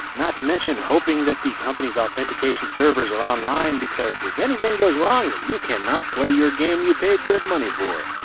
not to mention hoping that the company's authentication servers are online, because if anything goes wrong, then you cannot play your game you paid good money for.